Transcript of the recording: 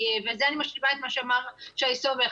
וזה אני משלימה את מה שאמר שי סומך,